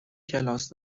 کلاس